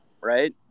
right